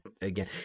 again